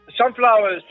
sunflowers